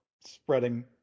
spreading